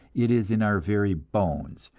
it is in our very bones,